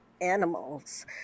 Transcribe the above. animals